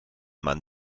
man